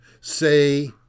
say